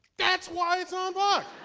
that's why it's on but